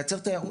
לייצר תיירות.